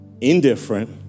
indifferent